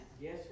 Yes